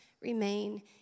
Remain